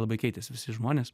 labai keitėsi visi žmonės